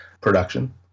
production